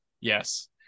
Yes